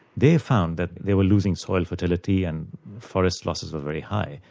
they have found that they were losing soil fertility and forest losses were very high,